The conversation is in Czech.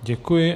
Děkuji.